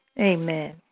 Amen